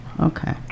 Okay